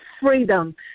freedom